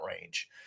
range